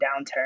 downturn